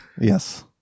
Yes